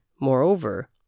moreover